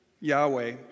Yahweh